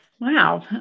Wow